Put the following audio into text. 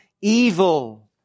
evil